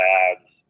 ads